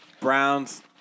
Browns